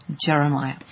Jeremiah